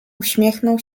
uśmiechnął